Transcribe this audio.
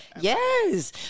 Yes